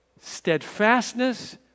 steadfastness